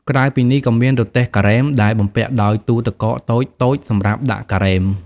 ក្រៅពីនេះក៏មានរទេះការ៉េម ដែលបំពាក់ដោយទូទឹកកកតូចៗសម្រាប់ដាក់ការ៉េម។